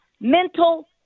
mental